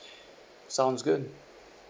sounds good